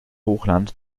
hochland